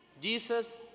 Jesus